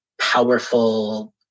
powerful